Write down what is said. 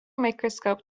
microscope